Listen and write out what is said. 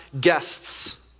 guests